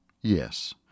Yes